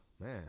man